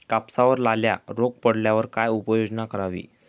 कापसावर लाल्या रोग पडल्यावर काय उपाययोजना करावी?